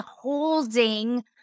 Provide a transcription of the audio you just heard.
holding